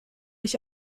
ich